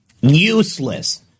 useless